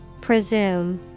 Presume